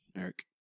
eric